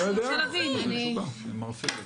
הוא אמר שיכול להיות.